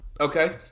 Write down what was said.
okay